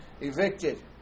evicted